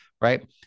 right